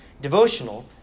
Devotional